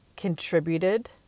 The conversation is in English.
contributed